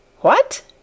What